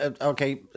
okay